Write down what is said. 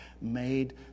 made